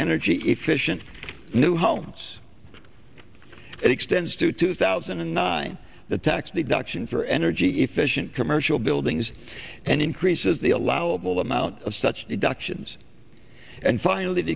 energy efficient new homes extends to two thousand and nine the tax deduction for energy efficient commercial buildings and increases the allowable amount of such deductions and finally it